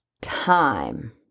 time